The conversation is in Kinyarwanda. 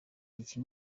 iki